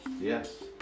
Yes